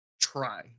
try